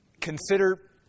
consider